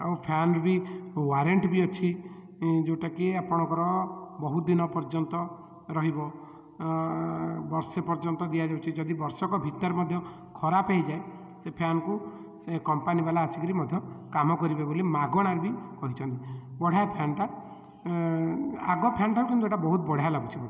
ଆଉ ଫ୍ୟାନ୍ ବି ୱାରେଣ୍ଟି ବି ଅଛି ଯୋଉଟାକି ଆପଣଙ୍କର ବହୁତ ଦିନ ପର୍ଯ୍ୟନ୍ତ ରହିବ ବର୍ଷେ ପର୍ଯ୍ୟନ୍ତ ଦିଆଯାଉଛି ଯଦି ବର୍ଷକ ଭିତରେ ମଧ୍ୟ ଖରାପ ହୋଇଯାଏ ସେ ଫ୍ୟାନ୍କୁ ସେ କମ୍ପାନୀବାଲା ଆସିକିରି ମଧ୍ୟ କାମ କରିବେ ବୋଲି ମାଗଣାରେ ବି କହିଛନ୍ତି ବଢ଼ିଆ ଫ୍ୟାନ୍ଟା ଆଗ ଫ୍ୟାନ୍ ଠାରୁ କିନ୍ତୁ ଏଇଟା ବଢ଼ିଆ ଲାଗୁଛି ମୋତେ